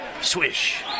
Swish